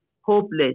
hopeless